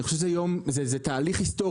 אני חושב שזה תהליך היסטורי,